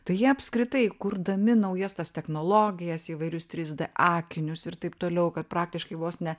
tai jie apskritai kurdami naujas tas technologijas įvairius trys d akinius ir taip toliau kad praktiškai vos ne